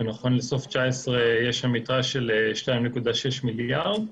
שנכון לסוף 2019 יש שם יתרה של 2.6 מיליארד שקל,